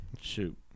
Shoot